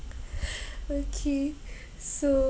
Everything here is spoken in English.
okay so